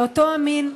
מאותו המין,